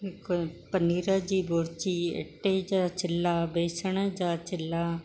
हिकु पनीर जी भुर्जी अटे जा चिला बेसण जा चिला